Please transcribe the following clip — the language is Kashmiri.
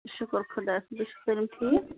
شُکُر خدایَس کُن تُہۍ چھِو سٲلِم ٹھیٖک